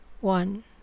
one